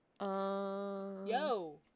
Yo